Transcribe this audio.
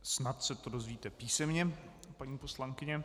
Snad se to dozvíte písemně, paní poslankyně.